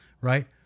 right